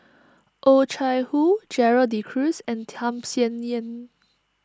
Oh Chai Hoo Gerald De Cruz and Tham Sien Yen